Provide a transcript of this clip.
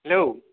hello